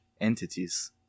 entities